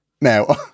Now